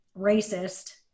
racist